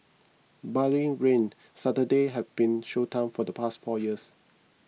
barring rain Saturday has been show time for the past four years